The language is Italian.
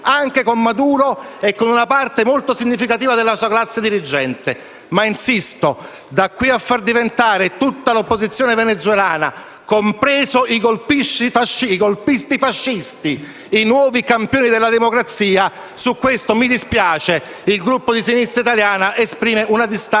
quelle di Maduro e di una parte molto significativa della sua classe dirigente. Ma insisto: non si può far diventare tutti i soggetti dell'opposizione venezuelana, compresi i golpisti fascisti, i nuovi campioni della democrazia; su questo, mi dispiace, ma il Gruppo di Sinistra Italiana esprime una distanza